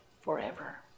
Forever